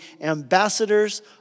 ambassadors